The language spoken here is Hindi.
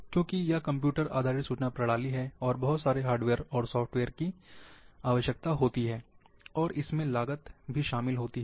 क्योंकि यह कंप्यूटर आधारित सूचना प्रणाली है और बहुत सारे हार्डवेयर और सॉफ्टवेयर की आवश्यकता होती है और इसमें लागत शामिल होती है